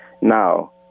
Now